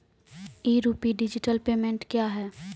ई RUPI digital payment क्या हैं?